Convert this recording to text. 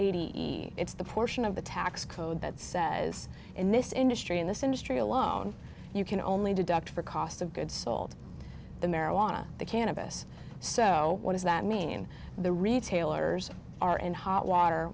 eighty it's the portion of the tax code that says in this industry in this industry alone you can only deduct for cost of goods sold the marijuana the cannabis so what does that mean the retailers are in hot water